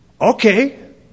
Okay